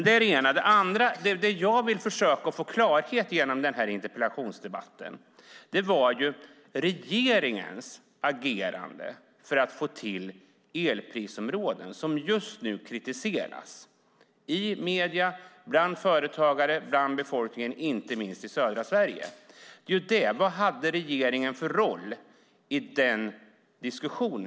Det som jag vill försöka få klarhet i genom denna interpellationsdebatt är regeringens agerande för att få till elprisområden som just nu kritiseras i medierna, bland företagare och bland befolkningen inte minst i södra Sverige. Vad hade regeringen för roll i denna diskussion?